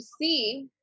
see